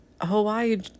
Hawaii